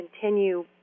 continue